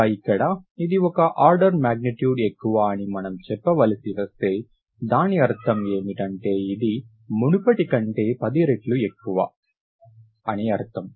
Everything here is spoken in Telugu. ఇక ఇక్కడ ఇది ఒక ఆర్డర్ మాగ్నిట్యూడ్ ఎక్కువ అని మనం చెప్పవలసి వస్తే దాని అర్థం ఏమిటంటే ఇది మునుపటి కంటే పది రెట్లు ఎక్కువ అని అర్ధం